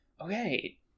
Okay